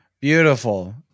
Beautiful